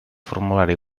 formulari